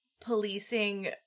policing